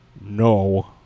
no